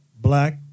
black